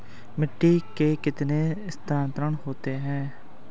मिट्टी के कितने संस्तर होते हैं?